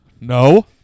No